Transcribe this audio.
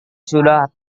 sudah